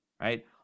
right